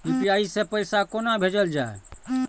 UPI सै पैसा कोना भैजल जाय?